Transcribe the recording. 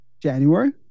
January